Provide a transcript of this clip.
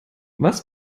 was